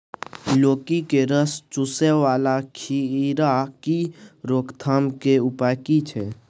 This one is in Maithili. लौकी के रस चुसय वाला कीरा की रोकथाम के उपाय की छै?